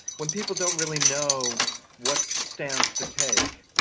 when people don't really know what stance to take,